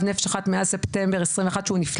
"נפש אחת" מאז ספטמבר 2021 כשהוא נפתח,